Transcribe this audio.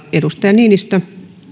edustaja niinistö